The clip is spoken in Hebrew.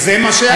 זה מה שהיה כתוב.